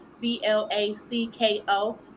b-l-a-c-k-o